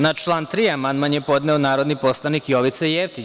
Na član 3. amandman je podneo narodni poslanik Jovica Jevtić.